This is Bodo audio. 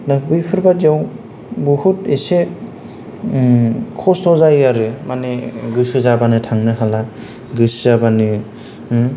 दा बैफोर बादिआव बहुथ एसे खस्थ' जायो आरो माने गोसो जाब्लानो थांनोहाला गोसो जाब्लनो